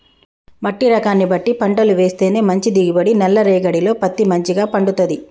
మట్టి రకాన్ని బట్టి పంటలు వేస్తేనే మంచి దిగుబడి, నల్ల రేగఢీలో పత్తి మంచిగ పండుతది